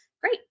Great